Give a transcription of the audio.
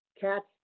Cats